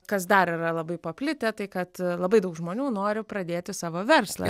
kas dar yra labai paplitę tai kad labai daug žmonių nori pradėti savo verslą